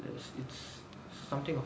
is it's something